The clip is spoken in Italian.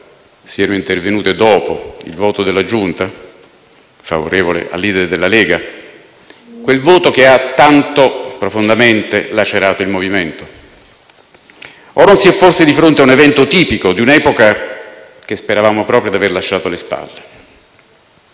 siano intervenute dopo il voto della Giunta, favorevole al *leader* della Lega? Quel voto che ha tanto profondamente lacerato il MoVimento 5 Stelle? O non si è forse di fronte ad un evento tipico di un'epoca, che speravamo proprio di aver lasciato le spalle